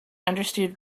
understood